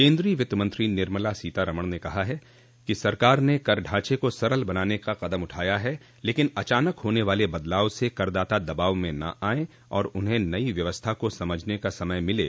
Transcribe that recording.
केन्द्रीय वित्तमंत्री निर्मला सीतारमण ने कहा है कि सरकार ने कर ढांचे को सरल बनाने का कदम उठाया है लेकिन अचानक होने वाले बदलाव से करदाता दबाव में न आयें और उन्हें नई व्यवस्था को समझने का समय मिले